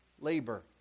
labor